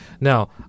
Now